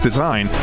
Design